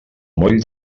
moll